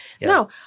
No